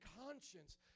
conscience